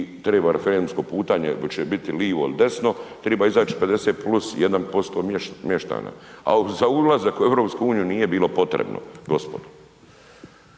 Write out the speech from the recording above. treba referendumsko pitanje koje će biti lijevo i li desno, treba izaći 50+1% mještana a za ulazak u EU nije bilo potrebno, gospodo.